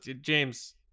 James